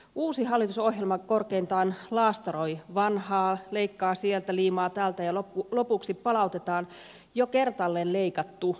uusi hallitusohjelma korkeintaan laastaroi vanhaa leikkaa sieltä liimaa täältä ja lopuksi palautetaan jo kertaalleen leikattu kasvupaketin nimissä